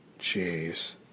Jeez